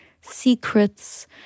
secrets